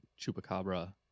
chupacabra